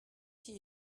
qui